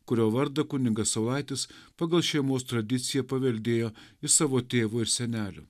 kurio vardą kunigas saulaitis pagal šeimos tradiciją paveldėjo iš savo tėvo ir senelio